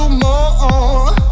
more